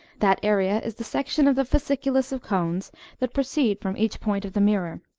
that area is the section of the fasciculus of cones that proceed from each point of the mirror,